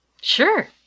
Sure